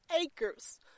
acres